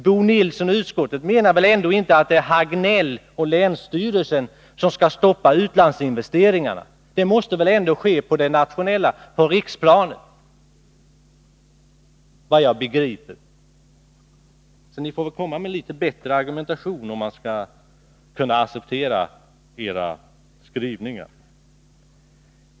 Bo Nilsson och utskottet menar väl ändå inte att det är herr Hagnell och länsstyrelsen som skall stoppa utlandsinvesteringarna? Det måste nu, såvitt jag förstår, göras på riksplanet. Ni får framföra litet bättre argument för att vi skall kunna acceptera era skrivningar.